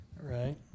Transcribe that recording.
Right